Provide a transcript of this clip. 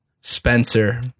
Spencer